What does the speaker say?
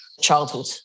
childhood